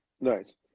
Nice